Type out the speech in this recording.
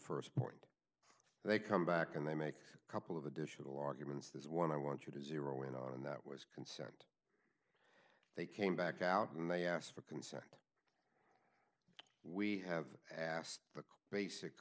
st point they come back and they make a couple of additional arguments there's one i want you to zero in on and that was can they came back out and they asked for concern we have asked the basic